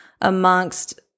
amongst